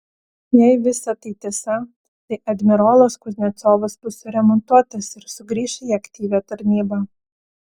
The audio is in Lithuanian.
jei visa tai tiesa tai admirolas kuznecovas bus suremontuotas ir sugrįš į aktyvią tarnybą